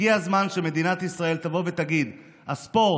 הגיע הזמן שמדינת ישראל תבוא ותגיד שהספורט